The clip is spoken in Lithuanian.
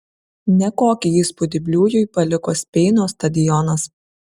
nekokį įspūdį bliujui paliko speino stadionas